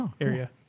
area